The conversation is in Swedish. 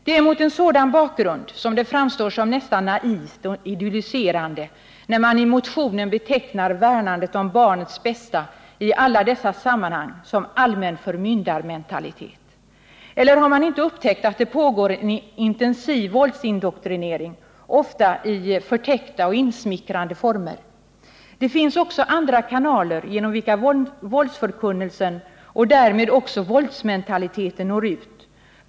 Det är mot en sådan bakgrund som det framstår som nästan naivt och idylliserande när man i motionen betecknar värnandet om barnets bästa i alla dessa sammanhang som allmän förmyndarmentalitet. Eller har man inte upptäckt att det pågår en intensiv våldsindoktrinering, ofta i förtäckta och insmickrande former? Det finns också andra kanaler genom vilka våldsförkunnelsen och därmed också våldsmentaliteten når ut.